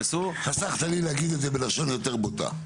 חסכת לי להגיד את זה בלשון יותר בוטה.